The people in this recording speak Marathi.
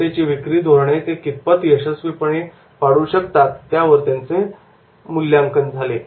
संस्थेची विक्री धोरणे ते कितपत यशस्वीपणे पाडू शकतात यावर त्यांचे मूल्यांकन झाले